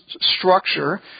structure